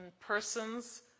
persons